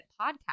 podcast